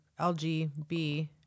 LGB